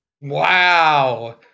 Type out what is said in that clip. Wow